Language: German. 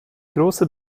große